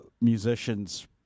musicians